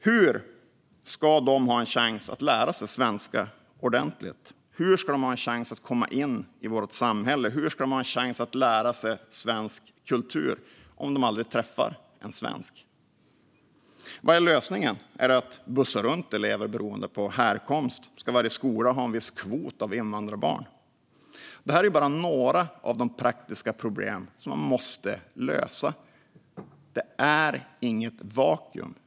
Hur ska de ha en chans att lära sig svenska ordentligt? Hur ska de ha en chans att komma in i vårt samhälle och lära sig svensk kultur om de aldrig träffar en svensk? Vad är lösningen? Är det att bussa runt elever beroende på härkomst? Ska varje skola ha en viss kvot av invandrarbarn? Det här är bara några av de praktiska problem som man måste lösa. Det är inget vakuum.